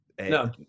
no